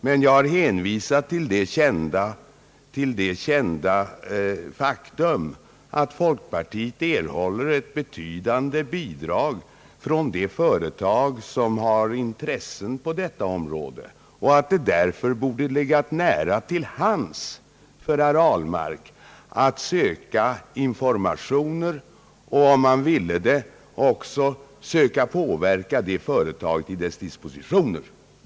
Men jag har hänvisat till det kända faktum att folkpartiet erhåller ett betydande bidrag från de företag som har intressen på detta område, varför det borde legat nära till hands för herr Ahlmark att söka informationer där och om han ville det — också försöka påverka företaget i dess dispositioner.